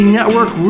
Network